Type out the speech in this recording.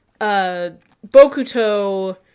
Bokuto